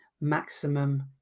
maximum